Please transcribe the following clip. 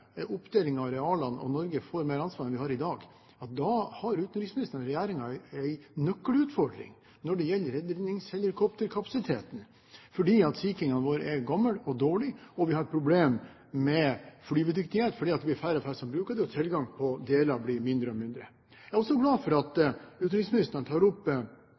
oppdeling av arealene, og at Norge får mer ansvar enn vi har i dag, ja, da har utenriksministeren og regjeringen en nøkkelutfordring når det gjelder redningshelikopterkapasiteten. Sea King-ene våre er gamle og dårlige, og vi har et problem med flyvedyktighet, fordi det blir færre og færre som bruker dem, og fordi tilgangen på deler blir mindre og mindre. Jeg er også glad for at utenriksministeren tar opp